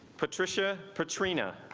patricia patrina